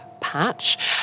Patch